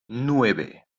nueve